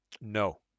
No